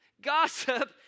gossip